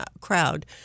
crowd